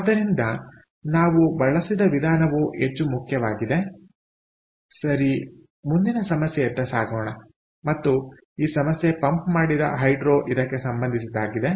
ಆದ್ದರಿಂದ ನಾವು ಬಳಸಿದ ವಿಧಾನವು ಹೆಚ್ಚು ಮುಖ್ಯವಾಗಿದೆ ಸರಿ ಮುಂದಿನ ಸಮಸ್ಯೆಯತ್ತ ಸಾಗೋಣ ಮತ್ತು ಈ ಸಮಸ್ಯೆ ಪಂಪ್ ಮಾಡಿದ ಹೈಡ್ರೋಇದಕ್ಕೆ ಸಂಬಂಧಿಸಿದ್ದಾಗಿದೆ